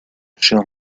j’ai